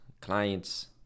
clients